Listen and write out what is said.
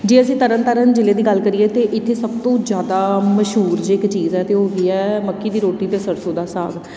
ਜੇ ਅਸੀਂ ਤਰਨ ਤਾਰਨ ਜ਼ਿਲ੍ਹੇ ਦੀ ਗੱਲ ਕਰੀਏ ਤਾਂ ਇੱਥੇ ਸਭ ਤੋਂ ਜ਼ਿਆਦਾ ਮਸ਼ਹੂਰ ਜੇ ਇੱਕ ਚੀਜ਼ ਹੈ ਤਾਂ ਉਹ ਹੈਗੀ ਹੈ ਮੱਕੀ ਦੀ ਰੋਟੀ ਅਤੇ ਸਰਸੋਂ ਦਾ ਸਾਗ